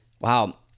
Wow